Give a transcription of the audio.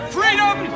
Freedom